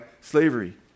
slavery